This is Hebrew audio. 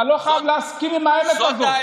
אתה לא חייב להסכים לאמת הזאת.